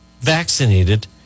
vaccinated